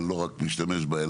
אבל לא רק משתמש בה,